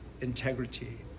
integrity